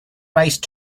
race